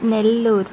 Nellore